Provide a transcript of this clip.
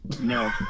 No